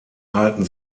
halten